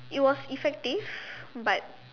it was effective but